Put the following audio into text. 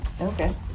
Okay